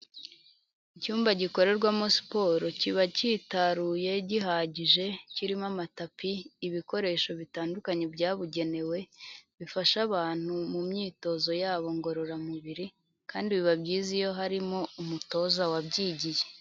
Icyumba gikorerwamo siporo kiba cyitaruye gihagije kirimo amatapi, ibikoresho bitandukanye byabugenewe, bifasha abantu mu myitozo yabo ngororamubiri, kandi biba byiza iyo harimo umutoza wabyigiye.